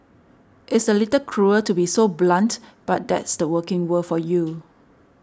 it's a little cruel to be so blunt but that's the working world for you